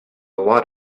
lot